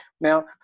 Now